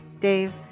Dave